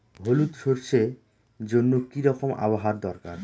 হলুদ সরষে জন্য কি রকম আবহাওয়ার দরকার?